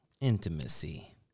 Intimacy